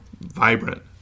vibrant